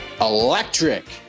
electric